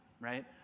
right